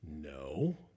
No